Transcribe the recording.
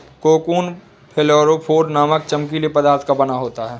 cocoon fluorophore नामक चमकीले पदार्थ का बना होता है